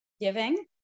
Giving